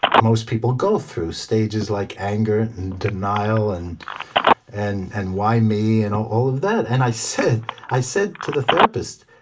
most people go through stages like anger and denial and and why me? and all all of that. and i said i said to the therapist,